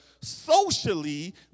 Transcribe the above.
socially